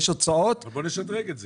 יש הוצאות --- בואו נשדרג את זה.